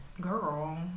girl